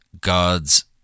God's